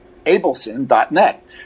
Abelson.net